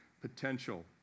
potential